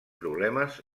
problemes